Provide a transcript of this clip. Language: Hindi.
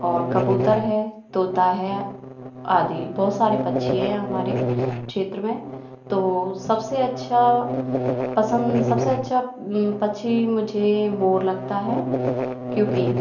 और कबूतर है तोता है आदि बहुत सारे पक्षी है हमारे क्षेत्र में तो सबसे अच्छा पसंद सबसे अच्छा पक्षी मुझे मोर लगता है क्योंकि